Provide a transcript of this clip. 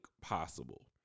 possible